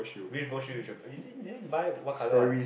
which boat shoes you should then buy what colour one